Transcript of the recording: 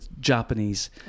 Japanese